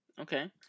Okay